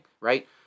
right